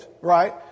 right